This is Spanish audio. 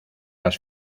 las